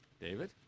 David